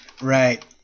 Right